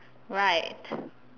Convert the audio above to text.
right